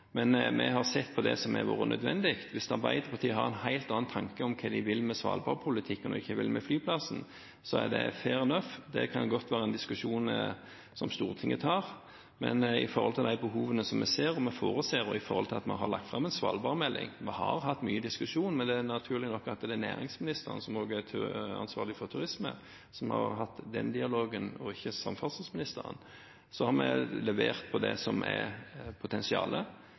Men vi har sett på det som har vært nødvendig. Hvis Arbeiderpartiet har en helt annen tanke om hva de vil med Svalbard-politikken, og hva de vil med flyplassen, er det fair enough, det kan godt være en diskusjon som Stortinget tar. Når det gjelder de behovene som vi ser og forutser i forhold til at vi har lagt fram en Svalbard-melding, har vi hatt mye diskusjon, men det er naturlig nok næringsministeren, som også er ansvarlig for turisme, som har hatt den dialogen, og ikke samferdselsministeren. Så har vi levert på det som er potensialet,